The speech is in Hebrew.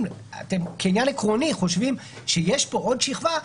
אם כעניין עקרוני אתם חושבים שיש פה עוד שכבה,